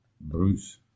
Bruce